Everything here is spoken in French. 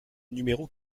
numéro